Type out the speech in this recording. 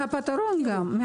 מהפתרון גם.